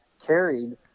carried